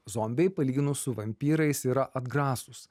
zombiai palyginus su vampyrais yra atgrasūs